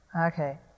Okay